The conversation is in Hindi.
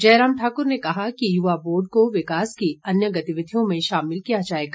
जयराम ठाकुर ने कहा कि युवा बोर्ड को विकास की अन्य गतिविधियों में शामिल किया जाएगा